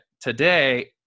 today